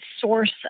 source